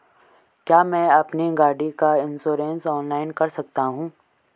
क्या मैं अपनी गाड़ी का इन्श्योरेंस ऑनलाइन कर सकता हूँ?